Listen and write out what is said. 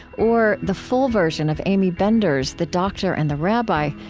or the full version of aimee bender's the doctor and the rabbi,